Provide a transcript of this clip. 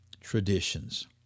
traditions